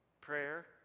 Prayer